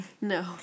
No